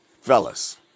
fellas